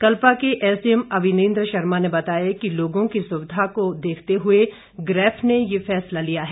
कल्पा के एसडीएम अविनेंद्र शर्मा ने बताया कि लोगों की सुविधा को देखते हुए ग्रैफ ने ये फैसला लिया है